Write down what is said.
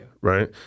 right